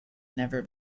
never